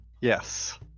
yes